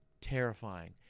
Terrifying